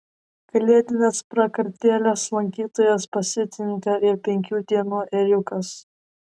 kalėdinės prakartėlės lankytojus pasitinka ir penkių dienų ėriukas